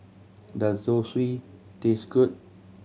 does Zosui taste good